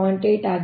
8 ಆಗಿದೆ